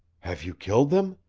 have you killed them?